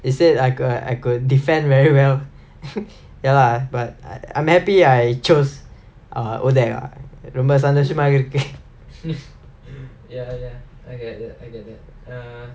he said I could I could defend very well ya lah but I'm happy I chose err ODAC lah ரொம்ப சந்தோசமாக இருக்கு:romba santhosamaaga irukku